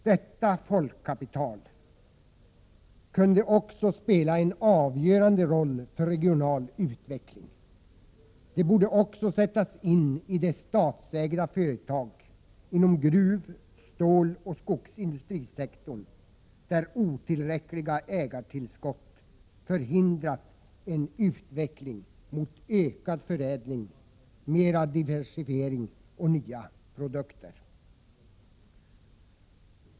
Detta folkkapital kunde också spela en avgörande roll för regional utveckling. Det borde också sättas in i de statsägda företag inom gruv-, ståloch skogsindustrisektorn, där otillräckliga ägartillskott förhindrar en utveckling mot ökad förädling, mera diversifiering och nya produkter.